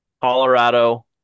Colorado